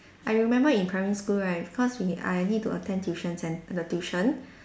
I remember in primary school right because we I need to attend tuition cen~ the tuition